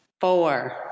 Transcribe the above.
four